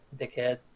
dickhead